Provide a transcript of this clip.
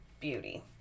beauty